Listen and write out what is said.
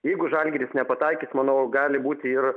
jeigu žalgiris nepataikys manau gali būti ir